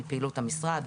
מפעילות המשרד,